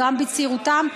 גם בצעירותם,